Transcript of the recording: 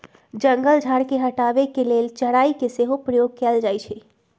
जंगल झार के हटाबे के लेल चराई के सेहो प्रयोग कएल जाइ छइ